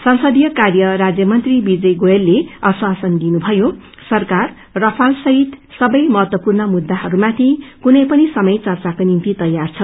संसदीय कार्य राज्य मंत्री विजय गोयलले आश्वासन रिनुभयो सरकार गुफाल सहित सवै महत्वपूर्ण मुद्दाहरूमाथि कुनै पनि समय वर्चाको निम्ति तैयार छ